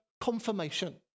confirmation